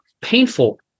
painful